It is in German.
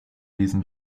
diesem